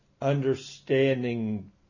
understanding